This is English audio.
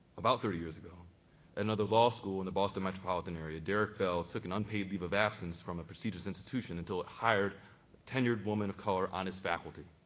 about thirty years ago, at another law school in the boston metropolitan area, derrick bell, took an unpaid leave of absence from a prestigious institution, until it hired tenured women of color on his faculty.